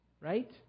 right